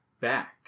back